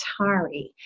Atari